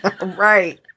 Right